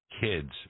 kids